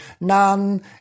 None